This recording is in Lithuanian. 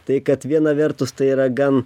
tai kad viena vertus tai yra gan